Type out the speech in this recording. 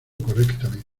correctamente